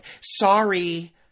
Sorry